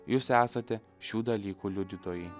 jūs esate šių dalykų liudytojai